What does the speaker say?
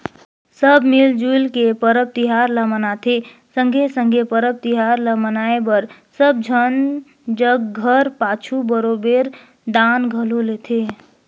सब मिल जुइल के परब तिहार ल मनाथें संघे संघे परब तिहार ल मनाए बर सब झन जग घर पाछू बरोबेर दान घलो लेथें